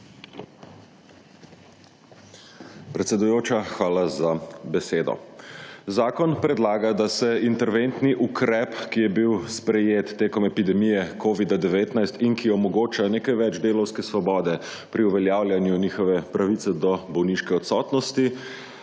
Predsedujoča, hvala za besedo. Zakon predlaga, da se interventni ukrep, ki je bil sprejet tekom epidemije Covida 19, in ki omogoča nekaj več delavske svobode pri uveljavljanju njihove pravice do bolniške odsotnosti,